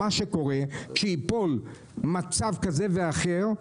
כשייפול מצב כזה ואחר,